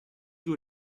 you